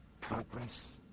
progress